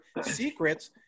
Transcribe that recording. secrets